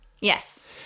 yes